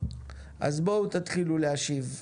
בואו תתחילו להשיב.